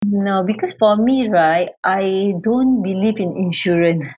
no because for me right I don't believe in insurance